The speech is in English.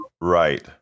Right